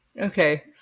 Okay